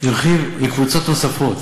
הרחיב לקבוצות נוספות